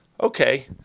okay